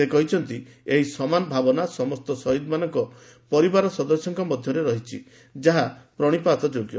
ସେ କହିଛନ୍ତି ଏହି ସମାନ ଭାବନା ସମସ୍ତ ଶହୀଦମାନଙ୍କ ପରିବାର ସଦସ୍ୟଙ୍କ ମଧ୍ୟରେ ରହିଛି ଯାହା ପ୍ରଣିପାତ ଯୋଗ୍ୟ